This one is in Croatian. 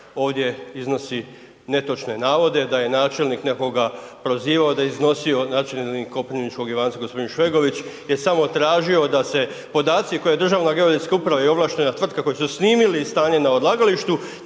ovdje iznosi netočne navode da je načelnik nekoga prozivao da je iznosio, načelnik Koprivničkog Ivanca, g. Šegović je samo tražio da se podaci koje je Državna geodetska uprava i ovlaštena tvrtka, koji su snimili stanje na odlagalištu,